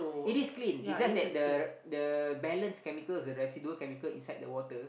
it is clean it's just that the the balance chemical the residual chemical inside the water